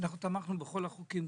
תמכנו בכל החוקים,